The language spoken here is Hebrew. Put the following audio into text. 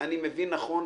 אני מבין נכון,